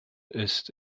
ist